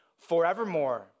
forevermore